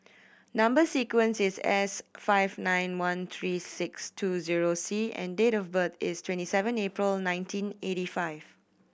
number sequence is S five nine one three six two zero C and date of birth is twenty seven April nineteen eighty five